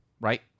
right